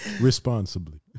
responsibly